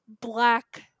Black